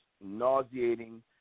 nauseating